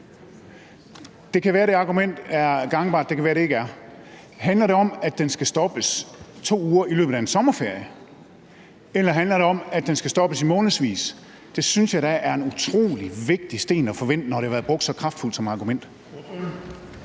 Det kan være, at det argument er gangbart. Det kan være, at det ikke er. Handler det om, at den skal stoppes 2 uger i løbet af en sommerferie, eller handler det om, at den skal stoppes i månedsvis? Det synes jeg da er en utrolig vigtig sten at få vendt, når det har været brugt så kraftigt som argument?